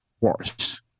worse